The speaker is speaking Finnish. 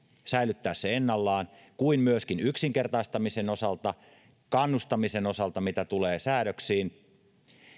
säilyttää se ennallaan kuin myöskin yksinkertaistamisen osalta ja kannustamisen osalta mitä tulee säädöksiin